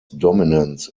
dominance